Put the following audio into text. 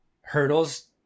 hurdles